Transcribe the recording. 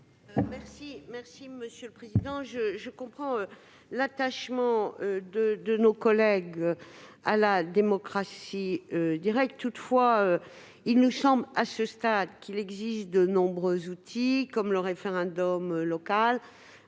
l'avis de la commission ? Je comprends l'attachement de nos collègues à la démocratie directe. Toutefois, il nous semble à ce stade que de nombreux outils, comme le référendum local,